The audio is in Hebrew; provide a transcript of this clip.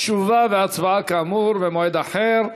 תשובה והצבעה, כאמור, במועד אחר.